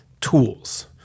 tools